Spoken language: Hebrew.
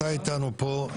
אתה איתנו פה.